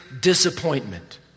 disappointment